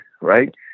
right